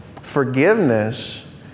forgiveness